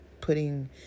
putting